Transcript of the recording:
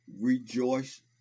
Rejoice